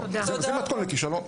זה מתכון לכישלון.